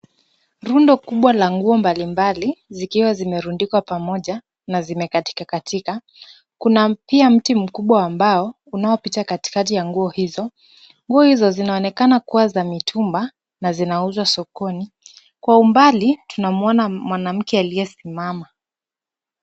Rundo kubwa la nguo mbalimbali zikiwa zimerundikwa pamoja na zimekatika katika. Kuna pia mti mkubwa wa mbao unaopita katikati ya nguo hizo. Nguo hizo zinaonekana kuwa za mitumba na zinauzwa sokoni. Kwa umbali tunamwona mwanamke aliyesimama.